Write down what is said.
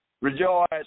rejoice